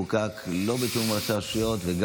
חוקק לא בתיאום עם הרשויות.